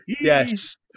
Yes